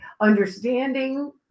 understanding